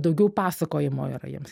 daugiau pasakojimo yra jiems